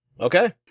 Okay